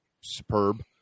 superb